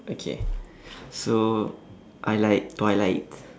okay so I like twilight